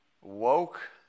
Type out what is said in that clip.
woke